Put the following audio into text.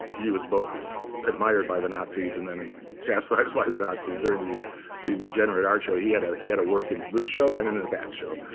he was both admired by the nazis, and then chastised by the nazis during the the degenerate art show. he had ah he had a work in the good show and in the bad show.